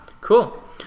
Cool